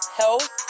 health